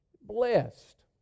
Blessed